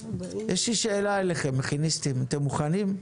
יש לי שאלה אליכם, מכיניסטים, אתם מוכנים?